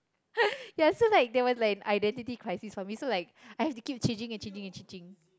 ya so like there were like identity crisis for me so like I have to keep changing and changing and changing